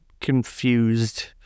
confused